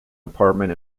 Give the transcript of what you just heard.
apartment